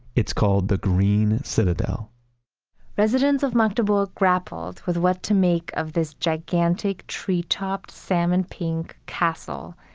it's called the green citadel residents of magdeburg grappled with what to make of this gigantic tree top salmon pink castle.